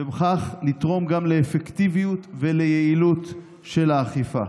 ובכך לתרום גם לאפקטיביות וליעילות של האכיפה.